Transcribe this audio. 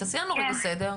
תעשי לנו רגע סדר.